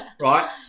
right